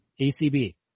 ACB